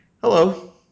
Hello